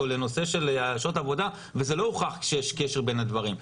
לנושא של שעות עבודה ולא הוכח שיש קשר בין הדברים.